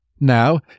Now